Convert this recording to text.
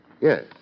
Yes